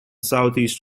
southeast